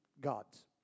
gods